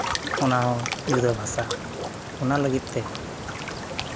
ᱚᱱᱟ ᱦᱚᱸ ᱡᱩᱫᱟᱹ ᱵᱷᱟᱥᱟ ᱚᱱᱟ ᱞᱟᱹᱜᱤᱫ ᱛᱮ